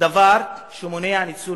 דבר שמונע ניצול